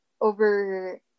over